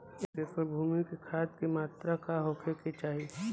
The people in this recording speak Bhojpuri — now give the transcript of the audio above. एक एकड़ भूमि में खाद के का मात्रा का होखे के चाही?